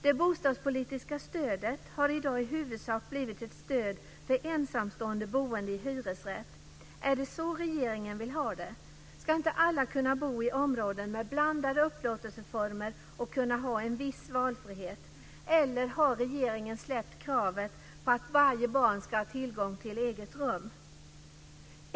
Det bostadspolitiska stödet har i dag i huvudsak blivit ett stöd för ensamstående boende i hyresrätt. Är det så regeringen vill ha det? Ska inte alla kunna bo i områden med blandade upplåtelseformer och kunna ha en viss valfrihet? Eller har regeringen släppt kravet på att varje barn ska ha tillgång till eget rum?